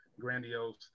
grandiose